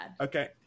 Okay